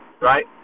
right